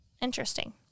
Interesting